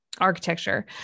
architecture